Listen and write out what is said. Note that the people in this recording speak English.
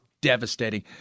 devastating